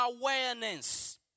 awareness